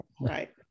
right